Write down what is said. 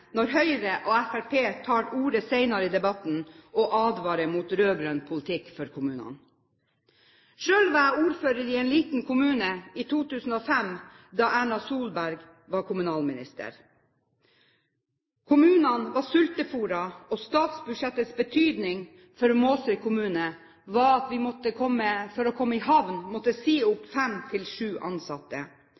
når Høyre og Fremskrittspartiet tar ordet senere i debatten og advarer mot rød-grønn politikk for kommunene. Selv var jeg ordfører i en liten kommune i 2005 da Erna Solberg var kommunalminister. Kommunene var sultefôret, og statsbudsjettets betydning for Måsøy kommune var at for å komme i havn måtte vi si opp